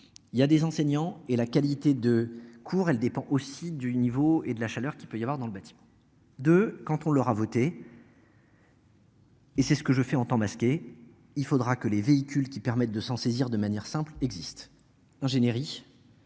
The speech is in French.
Il y a des enseignants et la qualité de cours elle dépend aussi du niveau et de la chaleur qu'il peut y avoir dans le bâtiment de quand on leur a voté. Et c'est ce que je fais en temps masqué. Il faudra que les véhicules qui permettent de s'en saisir, de manière simple existe d'ingénierie.